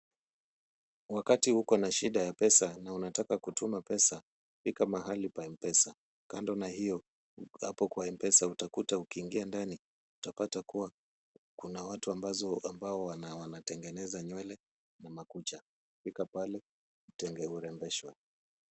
Wakati uko na shida ya pesa na unataka kutuma pesa, fika kwa duka la M-Pesa. Kando na hio hapo kwa M-Pesa utakuta ukiingia ndani, utapata kuwa kuna watu ambao wanatengeneza nywele na makucha. Fika pale utarembeshwa.